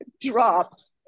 dropped